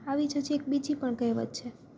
આવી જ હજી એક બીજી પણ કહેવત છે